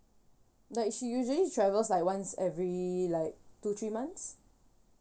like she usually travels like once every like two three months